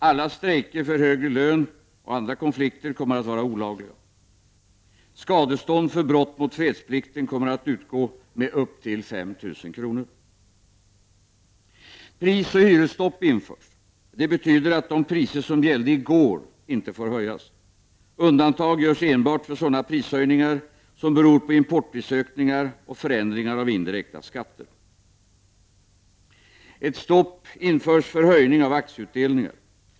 Alla strejker för högre lön och alla andra konflikter kommer att vara olagliga. Skadestånd för brott mot fredsplikten kommer att utgå med upp till 5 000 kr. Prisoch hyresstopp införs. Det betyder att de priser som gällde i går inte får höjas. Undantag görs enbart för sådana prishöjningar som beror på importprisökningar och förändringar av indirekta skatter. Ett stopp införs för höjning av aktieutdelningar.